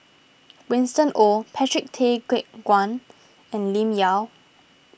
Winston Oh Patrick Tay Teck Guan and Lim Yau